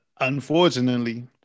unfortunately